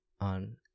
on